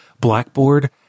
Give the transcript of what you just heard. blackboard